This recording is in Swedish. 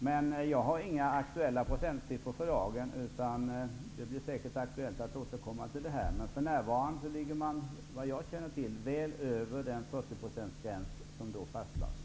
Men jag har för dagen inga aktuella procentsiffror, utan det blir säkert aktuellt att återkomma till detta. För närvarande ligger man emellertid, såvitt jag känner till, väl över den 40-procentsgräns som då fastlades.